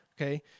okay